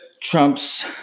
Trump's